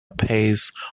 pace